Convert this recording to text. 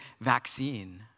vaccine